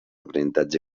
aprenentatge